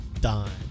Dime